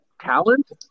talent